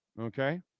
okay